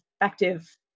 effective